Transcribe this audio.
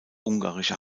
ungarische